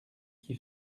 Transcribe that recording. qui